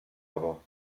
aber